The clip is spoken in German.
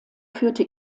führte